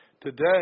Today